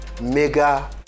mega